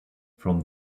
from